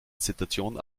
situation